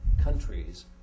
countries